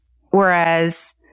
whereas